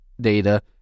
data